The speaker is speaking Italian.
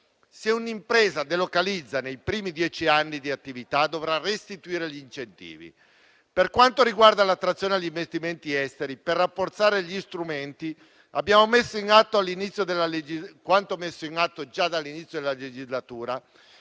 Se un'impresa delocalizza nei primi dieci anni di attività, dovrà restituire gli incentivi. Per quanto riguarda l'attrazione degli investimenti esteri, per rafforzare gli strumenti e quanto messo in atto già dall'inizio della legislatura,